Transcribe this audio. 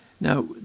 Now